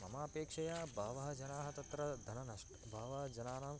मम अपेक्षया बहवः जनाः तत्र धननष्टं बहवः जनानां